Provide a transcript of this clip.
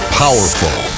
powerful